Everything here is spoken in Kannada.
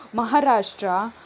ಮಹಾರಾಷ್ಟ್ರ